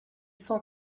cent